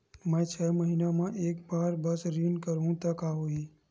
मैं छै महीना म एक बार बस ऋण करहु त का होही?